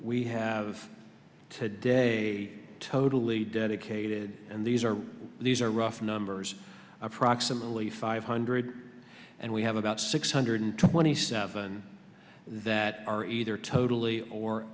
we have today totally dedicated and these are these are rough numbers approximately five hundred and we have about six hundred twenty seven that are either totally or